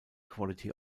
quality